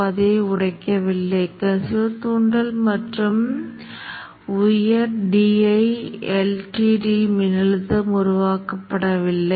மேலும் Vo R போன்ற அலை வடிவங்களை நீங்கள் பார்க்கலாம் உங்கள் Vq சுவிட்சில் மின்னழுத்தத்தை பார்க்கலாம்